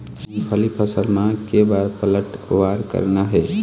मूंगफली फसल म के बार पलटवार करना हे?